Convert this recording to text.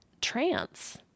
trance